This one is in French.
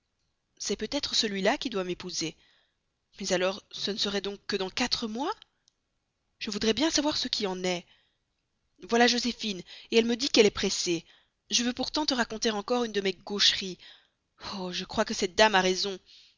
c'est peut-être celui-là qui doit m'épouser mais alors ce ne serait donc que dans quatre mois je voudrais bien savoir ce qui en est voilà joséphine elle me dit qu'elle est pressée je veux pourtant te raconter encore une de mes gaucheries oh je crois que cette dame a raison